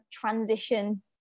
transition